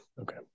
Okay